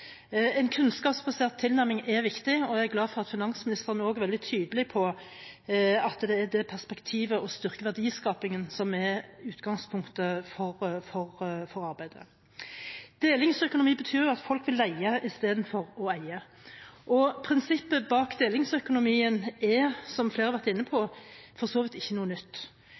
En kunnskapsbasert tilnærming er viktig. Jeg er glad for at finansministeren er veldig tydelig på at utgangspunktet for arbeidet er perspektivet med å styrke verdiskapingen. «Delingsøkonomi» betyr at folk vil leie istedenfor å eie. Prinsippet bak delingsøkonomi er, som flere har vært inne på, for så vidt ikke noe nytt.